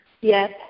Yes